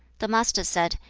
the master said,